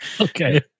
Okay